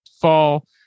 fall